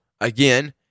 again